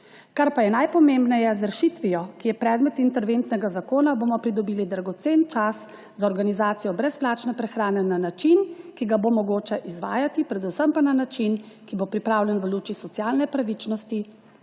Kar pa je najpomembneje, z rešitvijo, ki je predmet interventnega zakona, bomo pridobili dragoceni čas za organizacijo brezplačne prehrane na način, ki ga bo mogoče izvajati, predvsem pa na način, ki bo pripravljen v luči socialne pravičnosti,